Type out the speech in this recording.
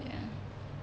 ya